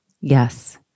Yes